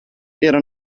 era